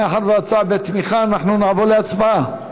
מאחר שההצעה בתמיכה אנחנו נעבור להצבעה.